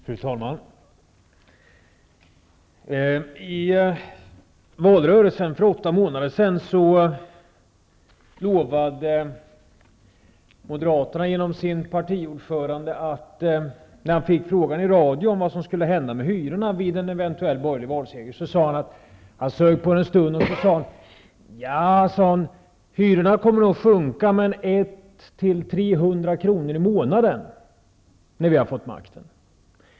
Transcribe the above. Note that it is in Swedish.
Fru talman! I valrörelsen, för åtta månader sedan, fick Moderaternas partiordförande frågan i radion vad som skulle hända med hyrorna vid en eventuell borgerlig valseger. Han sög på frågan en stund, och sedan sade han: Hyrorna kommer nog att sjunka med 100--300 kr. i månaden, när vi har fått makten.